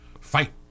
fight